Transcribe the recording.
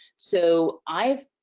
so, i've.